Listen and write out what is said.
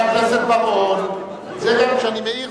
התש"ע 2009,